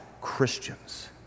Christians